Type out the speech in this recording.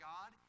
God